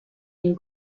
and